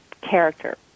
character